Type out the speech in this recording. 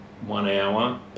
one-hour